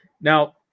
Now